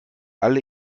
alle